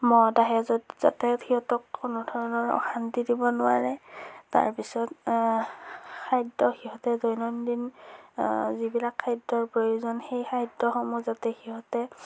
মহ ডাঁহে য'ত যাতে সিহঁতক কোনো ধৰণৰ অশান্তি দিব নোৱাৰে তাৰপিছত খাদ্য সিহঁতে দৈনন্দিন যিবিলাক খাদ্যৰ প্ৰয়োজন সেই খাদ্যসমূহ যাতে সিহঁতে